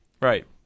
right